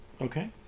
Okay